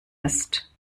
ist